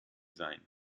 sein